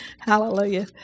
Hallelujah